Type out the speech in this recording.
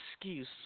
excuse